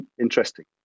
interesting